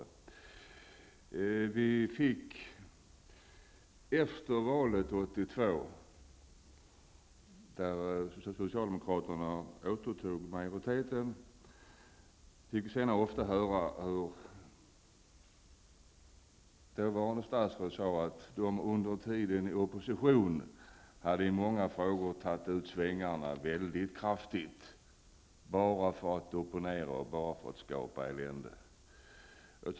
Efter valet 1982, där socialdemokraterna återtog majoriteten, fick vi ofta höra hur dåvarande statsråd sade att de under tiden i opposition i många frågor hade tagit ut svängarna mycket kraftigt bara för att opponera och för att skapa elände.